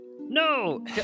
No